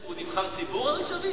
הוא נבחר ציבור, ארי שביט?